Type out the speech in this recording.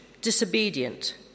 disobedient